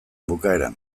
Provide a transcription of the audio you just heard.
bukaeran